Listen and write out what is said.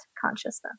consciousness